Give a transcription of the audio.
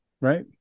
right